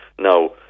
Now